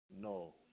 No